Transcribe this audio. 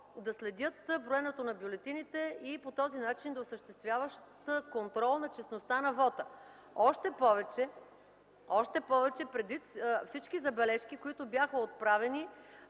да следят броенето на бюлетините и по този начин да осъществяват контрол над честността на вота, още повече предвид всички забележки, които бяха отправени